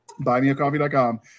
buymeacoffee.com